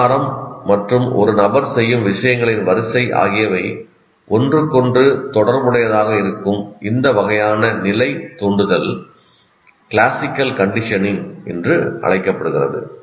alarm மற்றும் ஒரு நபர் செய்யும் விஷயங்களின் வரிசை ஆகியவை ஒன்றுக்கொன்று தொடர்புடையதாக இருக்கும் இந்த வகையான நிலை தூண்டுதல் கிளாசிக்கல் கண்டிஷனிங் என்று அழைக்கப்படுகிறது